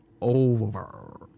Over